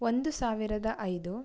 ಒಂದು ಸಾವಿರದ ಐದು